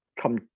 come